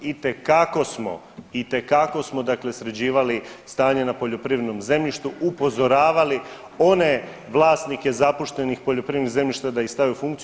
Itekako smo, itekako smo sređivali stanje na poljoprivrednom zemljištu, upozoravali one vlasnike zapuštenih poljoprivrednih zemljišta da ih stave u funkciju.